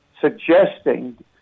suggesting